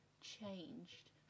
changed